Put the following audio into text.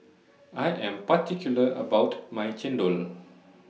I Am particular about My Chendol